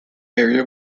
area